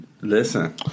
Listen